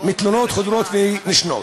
תלונות חוזרות ונשנות.